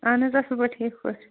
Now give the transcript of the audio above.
اَہَن حظ اَصٕل پٲٹھۍ ٹھیٖک پٲٹھۍ